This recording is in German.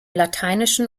lateinischen